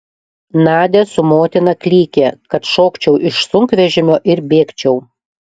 nadia su motina klykė kad šokčiau iš sunkvežimio ir bėgčiau